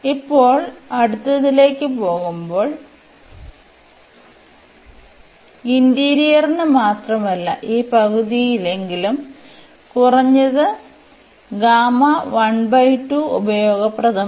ഇപ്പോൾ അടുത്തതിലേക്ക് പോകുമ്പോൾ ഇന്റീരിയറിന് മാത്രമല്ല ഈ പകുതിയെങ്കിലും കുറഞ്ഞത് ഉപയോഗപ്രദമാണ്